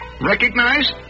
recognize